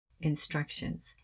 instructions